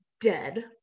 dead